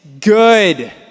good